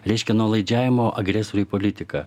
reiškia nuolaidžiavimo agresoriui politika